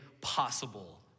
possible